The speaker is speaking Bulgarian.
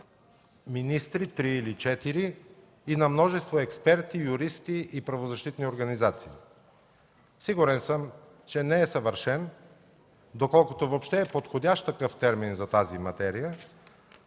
министри – три или четири, и на множество експерти, юристи и правозащитни организации. Сигурен съм, че не е съвършен, доколкото въобще е подходящ такъв термин за тази материя,